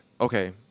okay